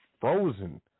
Frozen